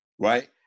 Right